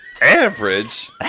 Average